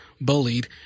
bullied